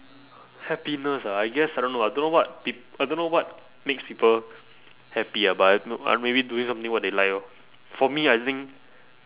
happiness ah I guess I don't know ah I don't know what pe~ I don't know what makes people happy ah but uh maybe doing something what they like lor for me I think